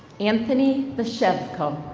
anthony bishevko.